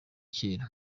kera